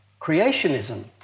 creationism